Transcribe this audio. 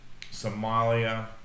Somalia